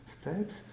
steps